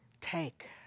Take